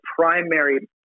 primary